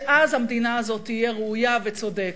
שאז המדינה הזאת תהיה ראויה וצודקת.